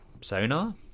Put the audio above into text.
sonar